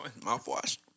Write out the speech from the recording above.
Mouthwash